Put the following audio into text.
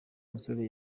musore